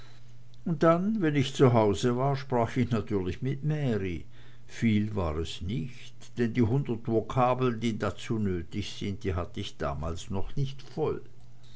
und dann wenn ich zu hause war sprach ich natürlich mit mary viel war es nicht denn die hundert vokabeln die dazu nötig sind die hatte ich damals noch nicht voll